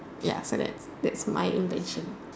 ya like that that's my invention